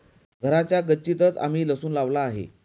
घराच्या गच्चीतंच आम्ही लसूण लावला आहे